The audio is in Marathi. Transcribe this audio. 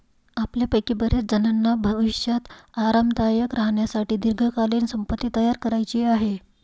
आपल्यापैकी बर्याचजणांना भविष्यात आरामदायक राहण्यासाठी दीर्घकालीन संपत्ती तयार करायची आहे